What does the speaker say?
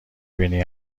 بینی